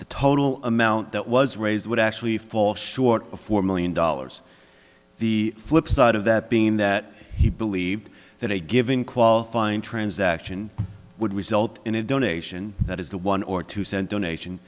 the total amount that was raised would actually fall short of four million dollars the flipside of that being that he believed that a given qualifying transaction would result in a donation that is the one or two cent donation